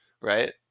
right